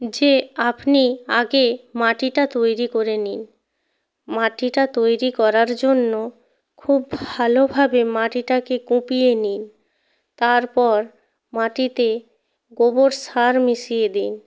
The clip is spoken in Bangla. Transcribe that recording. যে আপনি আগে মাটিটা তৈরি করে নিন মাটিটা তৈরি করার জন্য খুব ভালোভাবে মাটিটাকে কুপিয়ে নিন তারপর মাটিতে গোবর সার মিশিয়ে দিন